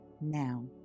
Now